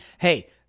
Hey